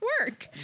work